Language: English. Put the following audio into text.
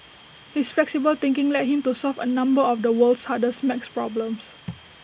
his flexible thinking led him to solve A number of the world's hardest maths problems